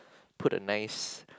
put a nice